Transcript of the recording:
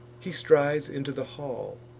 he strides into the hall,